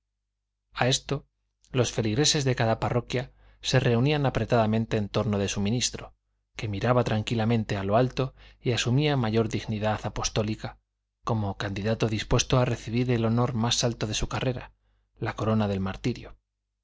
a esto los feligreses de cada parroquia se reunían apretadamente en torno de su ministro que miraba tranquilamente a lo alto y asumía mayor dignidad apostólica como candidato dispuesto a recibir el honor más alto de su carrera la corona del martirio